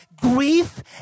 grief